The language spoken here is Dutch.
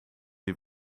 die